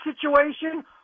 situation